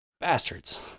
Bastards